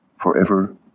forever